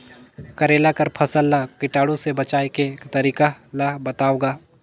करेला कर फसल ल कीटाणु से बचाय के तरीका ला बताव ग?